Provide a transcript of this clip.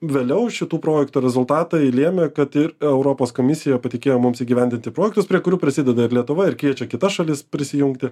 vėliau šitų projektų rezultatai lėmė kad ir europos komisija patikėjo mums įgyvendinti projektus prie kurių prasideda ir lietuva ir kviečia kitas šalis prisijungti